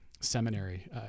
seminary